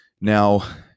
Now